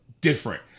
different